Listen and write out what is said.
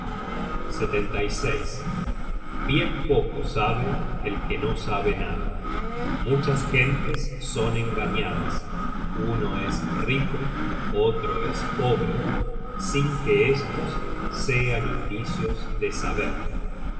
un mes bien poco sabe el que no sabe nada muchas gentes son engañadas uno es rico otro es pobre sin que estos sean indicios de saber